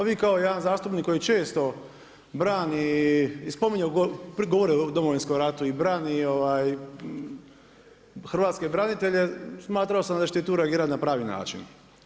A vi kao jedan zastupnik koji često brani i spominje, govori o Domovinskom ratu i brani Hrvatske branitelje smatrao sam da ćete tu reagirati na pravi način.